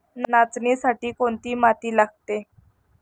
नाचणीसाठी कोणती माती लागते?